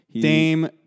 Dame